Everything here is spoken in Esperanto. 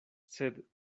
sed